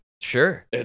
Sure